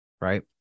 right